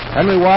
Henry